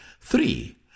three